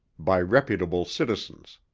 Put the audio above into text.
by reputable citizens.